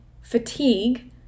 fatigue